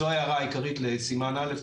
זו ההערה העיקרית לסימן א'.